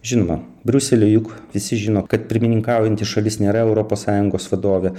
žinoma briusely juk visi žino kad pirmininkaujanti šalis nėra europos sąjungos vadovė